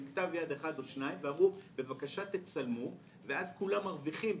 כתב יד אחד או שניים וביקשו שנצלם ואז כולם מרוויחים,